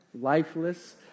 lifeless